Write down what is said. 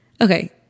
Okay